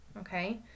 okay